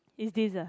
is this ah